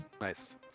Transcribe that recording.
nice